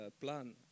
plan